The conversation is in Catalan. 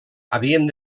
havien